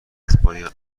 اسپانیا